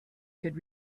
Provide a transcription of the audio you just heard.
could